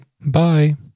Bye